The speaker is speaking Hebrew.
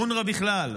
אונר"א בכלל,